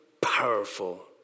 powerful